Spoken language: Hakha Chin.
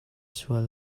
sual